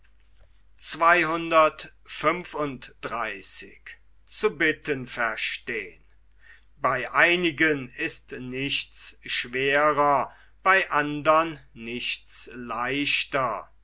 bei einigen ist nichts schwerer bei andern nichts leichter